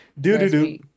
Do-do-do